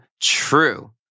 true